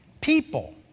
People